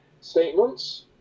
statements